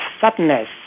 sadness